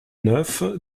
neuf